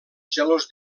gelós